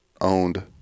owned